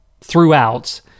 throughout